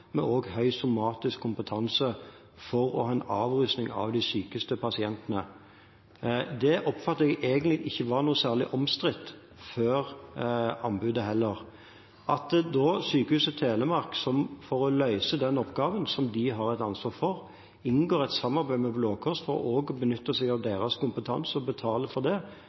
høy somatisk kompetanse for å avruse de sykeste pasientene. Det oppfattet jeg egentlig ikke var noe særlig omstridt før anbudet heller. At Sykehuset Telemark da, for å løse den oppgaven de har et ansvar for, inngår et samarbeid med Blå Kors for å benytte seg av deres kompetanse og betaler for det,